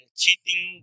cheating